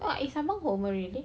ah is abang home already